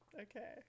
Okay